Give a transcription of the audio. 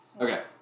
Okay